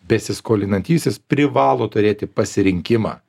besiskolinantysis privalo turėti pasirinkimą